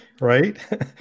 right